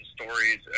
stories